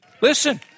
Listen